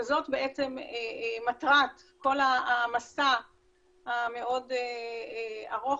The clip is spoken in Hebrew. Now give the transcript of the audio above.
שזאת בעצם מטרת כל המסע המאוד ארוך